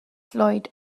lloyd